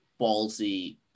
ballsy